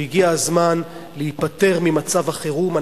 שהגיע הזמן להיפרד ממצב החירום.